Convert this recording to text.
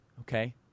okay